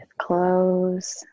clothes